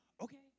Okay